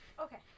Okay